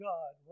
God